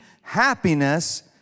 happiness